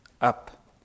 up